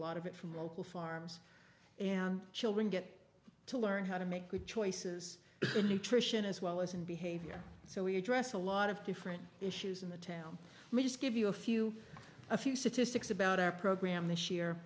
lot of it from local farms and children get to learn how to make good choices in nutrition as well as in behavior so we address a lot of different issues in the town may just give you a few a few statistics about our program this year